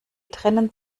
trennen